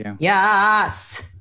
Yes